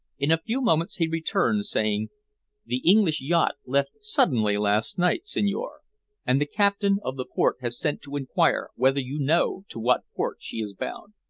in a few moments he returned, saying the english yacht left suddenly last night, signore, and the captain of the port has sent to inquire whether you know to what port she is bound.